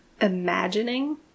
imagining